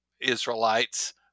Israelites